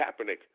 Kaepernick